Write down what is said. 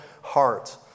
heart